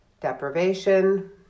deprivation